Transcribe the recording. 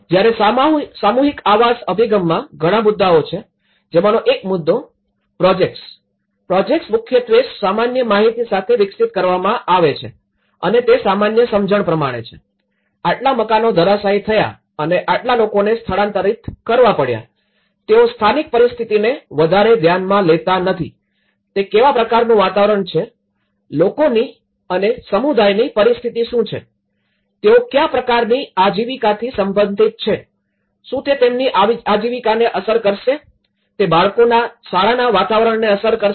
જ્યારે સામૂહિક આવાસ અભિગમમાં ઘણા મુદ્દાઓ છે જેમનો એક મુદ્દો પ્રોજેક્ટ્સ મુખ્યત્વે સામાન્ય માહિતી સાથે વિકસિત કરવામાં આવે છે અને તે સામાન્ય સમજણ પ્રમાણે છે આટલા મકાનો ધરાશાયી થયા અને આટલા લોકોને સ્થળાંતરિત કરવા પડ્યા તેઓ સ્થાનિક પરિસ્થિતિને વધારે ધ્યાનમાં લેતા નથી તે કેવા પ્રકારનું વાતાવરણ છે લોકોની અને સમુદાયની પરિસ્થિતિ શું છે તેઓ કયા પ્રકારની આજીવિકાથી સંબંધિત છે શું તે તેમની આજીવિકાને અસર કરશે તે બાળકોના શાળાના વાતાવરણને અસર કરશે